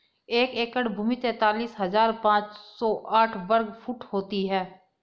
एक एकड़ भूमि तैंतालीस हज़ार पांच सौ साठ वर्ग फुट होती है